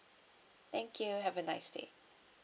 thank you have a nice day